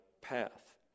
path